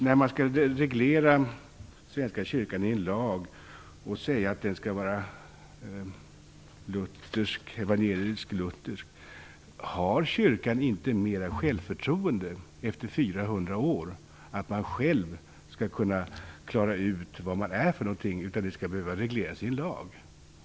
När man skall reglera Svenska kyrkan i en lag och säga att den skall vara evangelisk-luthersk vill jag ställa följande fråga: Har kyrkan inte mer självförtroende efter 400 år, att den inte själv skall kunna klara ut vad den är för något, utan att det skall behöva regleras i lag?